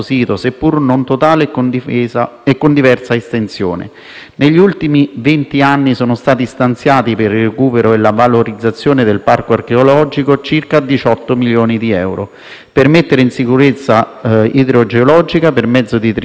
Negli ultimi vent'anni sono stati stanziati, per il recupero e la valorizzazione del parco archeologico, circa 18 milioni di euro per mettere in sicurezza idrogeologica per mezzo di trincee drenanti, per costruire nuovi edifici per l'accoglienza turistica,